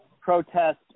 protest